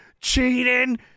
cheating